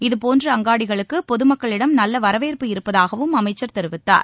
இதுபோன்ற அங்காடிகளுக்கு பொது மக்களிடம் நல்ல வரவேற்பு இருப்பதாகவும் அமைச்சர் தெரிவித்தார்